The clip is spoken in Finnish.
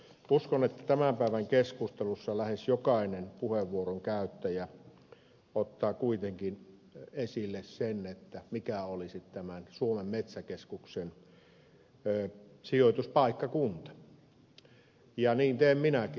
uskon että tämän päivän keskustelussa lähes jokainen puheenvuoron käyttäjä ottaa kuitenkin esille sen mikä olisi tämän suomen metsäkeskuksen sijoituspaikkakunta ja niin teen minäkin